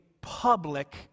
public